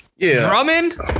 Drummond